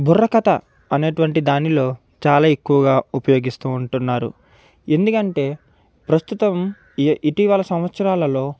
బుర్రకథ అనేటటువంటి దానిలో చాలా ఎక్కువగా ఉపయోగిస్తూ ఉంటున్నారు ఎందుకంటే ప్రస్తుతం ఇ ఇటీవల సంవత్సరాలలో